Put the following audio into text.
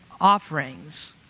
offerings